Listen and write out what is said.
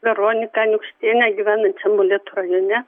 veroniką aniukštienę gyvenančią molėtų rajone